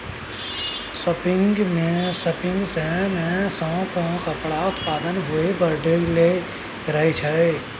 spinning jenny चरखा सँ कपड़ाक उत्पादन बहुत बढ़लै रहय